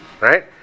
right